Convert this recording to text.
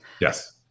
yes